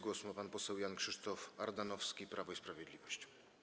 Głos ma pan poseł Jan Krzysztof Ardanowski, Prawo i Sprawiedliwość.